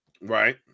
Right